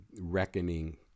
reckoning